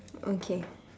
okay